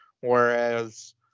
whereas